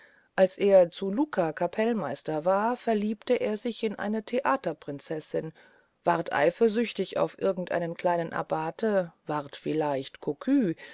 als er zu lucca kapellenmeister war verliebte er sich in eine theaterprinzessin ward eifersüchtig auf irgendeinen kleinen abate ward vieleicht cocu